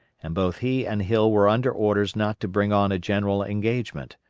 and both he and hill were under orders not to bring on a general engagement.